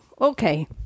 Okay